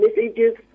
messages